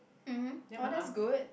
(uh huh) oh that's good